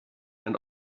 and